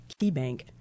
KeyBank